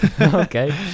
Okay